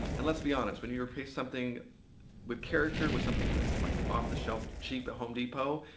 and let's be honest, when you replace something with character, with something that's like off the shelf cheap at home depot,